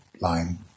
line